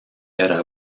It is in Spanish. era